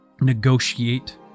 negotiate